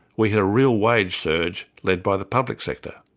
we had a real wage surge led by the public sector.